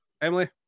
Emily